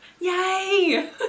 yay